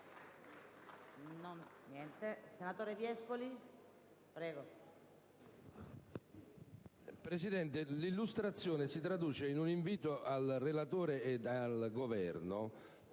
Presidente, la mia illustrazione si traduce in un invito al relatore ed al Governo